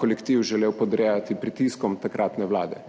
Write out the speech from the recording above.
kolektiv ni želel podrejati pritiskom takratne vlade.